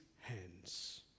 hands